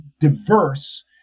diverse